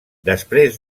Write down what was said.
després